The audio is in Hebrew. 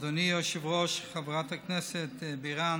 היושב-ראש, חברת הכנסת בירן,